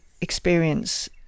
experience